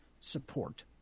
support